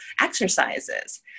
exercises